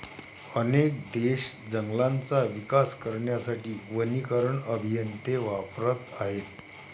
अनेक देश जंगलांचा विकास करण्यासाठी वनीकरण अभियंते वापरत आहेत